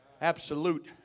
Absolute